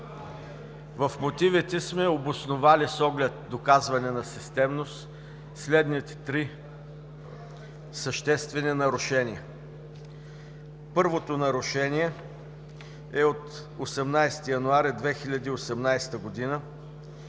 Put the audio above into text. В мотивите сме обосновали, с оглед доказване на системност, следните три съществени нарушения. Първото нарушение е от 18 януари 2018 г.,